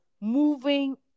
moving